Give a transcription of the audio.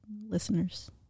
listeners